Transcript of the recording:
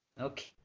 okay